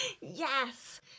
Yes